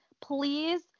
please